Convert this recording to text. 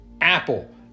Apple